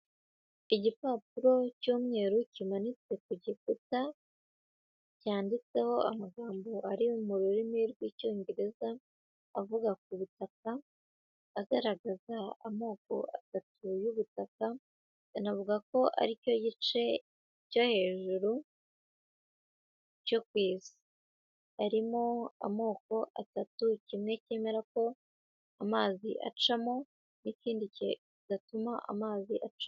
Igipapuro cy'umweru kimanitswe ku giputa, cyanditseho amagambo ari mu rurimi rw'Icyongereza avuga ku butaka, agaragaza amoko atatu y'ubutaka, anavuga ko ari cyo gice cyo hejuru, cyo ku isi. Harimo amoko atatu kimwe cyemera ko, amazi acamo, n'ikindi kidatuma amazi aca...